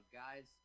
guys